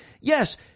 Yes